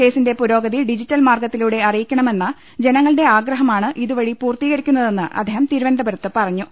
കേസിന്റെ പുരോഗതി ഡിജിറ്റൽ മാർഗ്ഗത്തിലൂടെ അറിയിക്കണമെന്ന ജനങ്ങളുടെ ആഗ്രഹമാണ് ഇതുവഴി പൂർത്തീകരിക്കുന്നതെന്ന് അദ്ദേഹം തിരുവനന്തപുരത്ത് പറഞ്ഞു